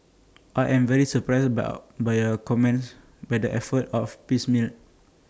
I am very surprised by our by your comments that the efforts of piecemeal